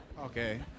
Okay